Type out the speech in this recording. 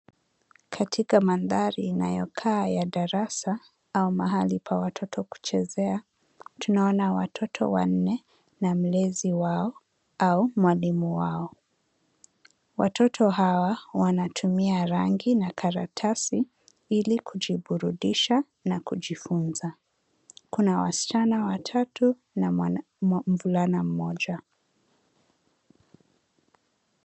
Katika mandhari inayokaa ya darasa au mahali pa watoto kuchezea, tunaona watoto wanne na mlezi wao au mwalimu wao. Watoto hawa wanatumia rangi na karatasi ilikujiburudisha na kujifunza. Kuna wasichana watatu na mvulana mmoja.